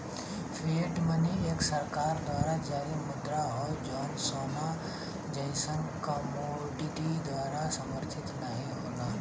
fiat money एक सरकार द्वारा जारी मुद्रा हौ जौन सोना जइसन कमोडिटी द्वारा समर्थित नाहीं हौ